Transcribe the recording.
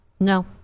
no